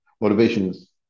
motivations